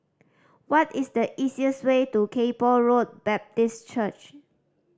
what is the easiest way to Kay Poh Road Baptist Church